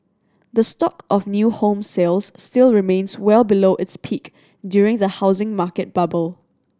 the stock of new home sales still remains well below its peak during the housing market bubble